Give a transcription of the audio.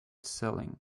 ceiling